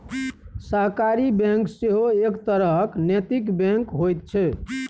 सहकारी बैंक सेहो एक तरहक नैतिक बैंक होइत छै